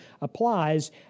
applies